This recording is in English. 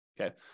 okay